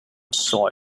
soil